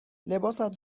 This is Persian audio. لباست